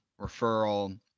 referral